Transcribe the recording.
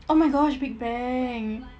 oh my gosh big bang